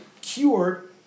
cured